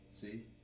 see